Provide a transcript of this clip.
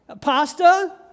Pasta